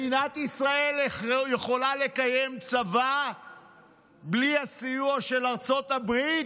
מדינת ישראל יכולה לקיים צבא בלי הסיוע של ארצות הברית?